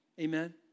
Amen